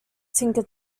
tinker